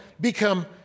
become